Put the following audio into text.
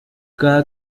cada